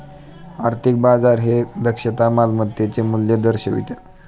आर्थिक बाजार हे दक्षता मालमत्तेचे मूल्य दर्शवितं